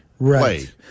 Right